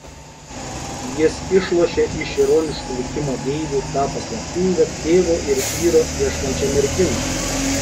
jis išlošė iš ironiškų likimo deivių tą paslaptingą tėvo ir vyro ieškančią merginą